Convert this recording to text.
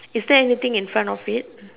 is there anything in front of it